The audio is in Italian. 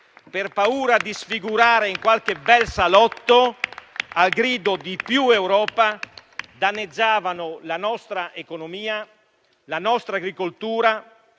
per paura di sfigurare in qualche bel salotto, al grido di «più Europa», danneggiavano la nostra economia, la nostra agricoltura